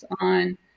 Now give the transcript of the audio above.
on